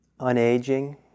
unaging